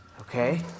Okay